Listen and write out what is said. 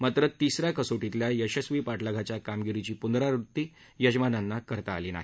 मात्र तिसऱ्या कसोरीतल्या यशस्वी पाठलागाच्या कामगिरीची पुनरावृत्ती यजमानांना करता आली नाही